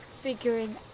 figuring